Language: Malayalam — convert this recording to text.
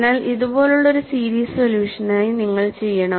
അതിനാൽ ഇതുപോലുള്ള ഒരു സീരീസ് സൊല്യൂഷനായി നിങ്ങൾ ചെയ്യണം